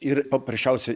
ir paprasčiausiai